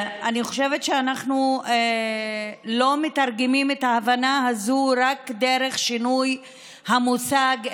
אני חושבת שאנחנו לא מתרגמים את ההבנה הזאת רק דרך שינוי המושג,